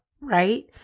right